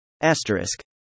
Asterisk